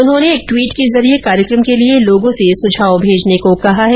उन्होंने एक ट्वीट के जरिए कार्यक्रम के लिए लोगों से सुझाव भेजने को कहा है